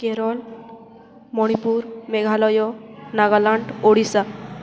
Kerala Manipur Meghalaya Nagaland Odisha